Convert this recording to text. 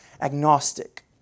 agnostic